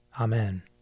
Amen